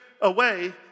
away